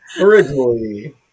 Originally